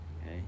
Okay